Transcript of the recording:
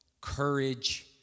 courage